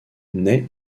nait